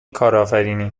کارآفرینی